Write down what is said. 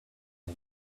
air